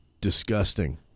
disgusting